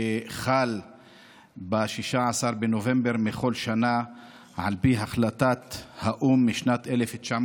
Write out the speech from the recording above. שחל ב-16 בנובמבר בכל שנה על פי החלטת האו"ם משנת 1996